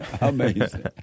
Amazing